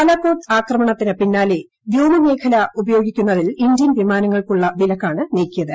ബാലാക്കോട്ട് ആക്രമണത്തിന് പിന്നാലെ വ്യോമമേഖല ഉപയോഗിക്കുന്നതിൽ ഇന്ത്യൻ വിമാനങ്ങൾക്കുള്ള വിലക്കാണ് നീക്കിയത്